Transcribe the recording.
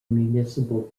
municipal